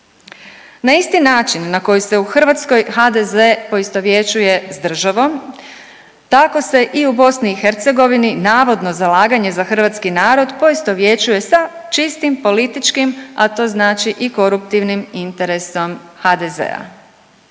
Na isti način na koji se u Hrvatskoj HDZ poistovjećuje s državom tako se isto i u BiH navodno zalaganje za hrvatski narod poistovjećuje sa čistim političkim, a to znači i koruptivnim interesom HDZ-a.